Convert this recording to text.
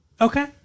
Okay